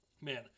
Man